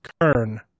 Kern